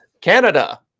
Canada